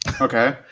Okay